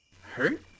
Hurt